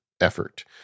effort